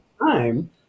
time